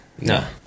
No